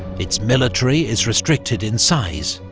its military is restricted in size,